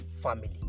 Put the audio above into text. family